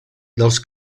dels